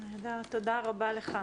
תודה רבה לך.